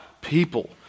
people